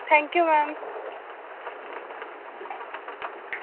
thank you ma'am